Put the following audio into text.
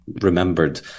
remembered